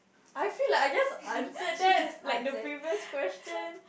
I feel like I just answered that like the previous question